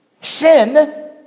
Sin